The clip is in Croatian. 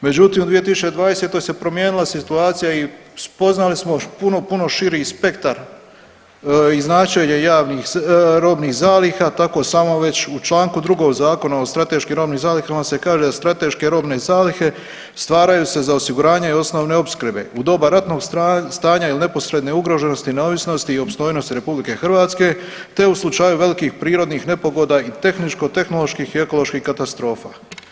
Međutim, u 2020. se promijenila situacija i spoznali smo puno, puno širi spektar i značenje robnih zaliha, tako samo već u čl. 2. Zakona o strateškim robnim zalihama se kaže da strateške robne zalihe stvaraju se za osiguranje i osnovne opskrbe u doba ratnog stanja ili neposrednosti ugroženosti i neovisnosti i opstojnosti RH te u slučaju velikih prirodnih nepogoda i tehničko-tehnoloških i ekoloških katastrofa.